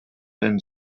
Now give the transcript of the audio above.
then